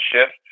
shift